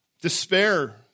Despair